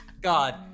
God